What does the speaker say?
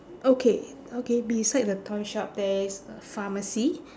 okay okay beside the toy shop there is a pharmacy